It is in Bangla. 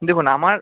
দেখুন আমার